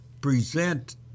present